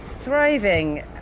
Thriving